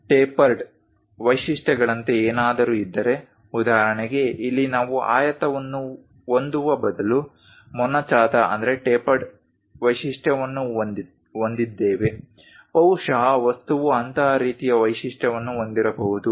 tapered ವೈಶಿಷ್ಟ್ಯಗಳಂತೆ ಏನಾದರೂ ಇದ್ದರೆ ಉದಾಹರಣೆಗೆ ಇಲ್ಲಿ ನಾವು ಆಯತವನ್ನು ಹೊಂದುವ ಬದಲು ಮೊನಚಾದ ವೈಶಿಷ್ಟ್ಯವನ್ನು ಹೊಂದಿದ್ದೇವೆ ಬಹುಶಃ ವಸ್ತುವು ಅಂತಹ ರೀತಿಯ ವೈಶಿಷ್ಟ್ಯವನ್ನು ಹೊಂದಿರಬಹುದು